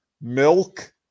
milk